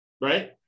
right